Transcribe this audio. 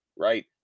right